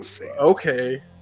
Okay